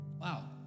wow